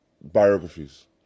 biographies